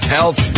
Health